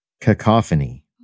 Cacophony